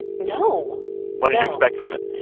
no what did you expect from it?